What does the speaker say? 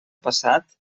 passat